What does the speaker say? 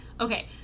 okay